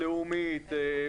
לאומית,